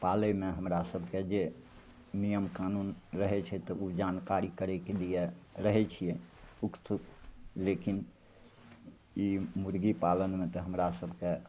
पालैमे हमरा सभकेँ जे नियम कानून रहै छै तऽ ओ जानकारी करैके लिए रहै छिए उत्सुक लेकिन ई मुरगीपालनमे तऽ हमरा सभकेँ